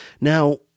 Now